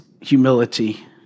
humility